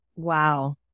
wow